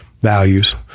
values